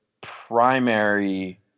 primary